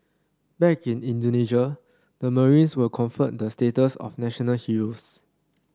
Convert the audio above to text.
back in Indonesia the marines were conferred the status of national heroes